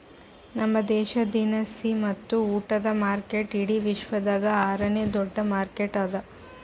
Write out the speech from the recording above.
ನಮ್ ದೇಶ ದಿನಸಿ ಮತ್ತ ಉಟ್ಟದ ಮಾರ್ಕೆಟ್ ಇಡಿ ವಿಶ್ವದಾಗ್ ಆರ ನೇ ದೊಡ್ಡ ಮಾರ್ಕೆಟ್ ಅದಾ